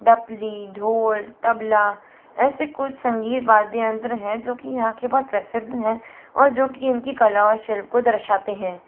डपली ढोल तबला ऐसे कुछ संगीत वाद्य यंत्र हैं जो कि यहाँ के बहुत प्रसिद्ध हैं और जो कि इनकी कला और शिल्प को दर्शाते हैं